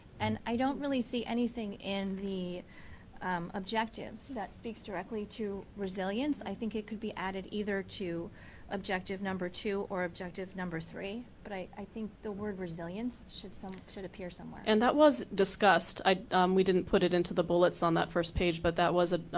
and i don't see anything in the objectives that speaks directly to resilience. i think it could be added either to objective number two or objective number three. but i think the word resilience should so should appear somewhere. and that was discussed. ah we didn't put into the bull oats um that first page but that was ah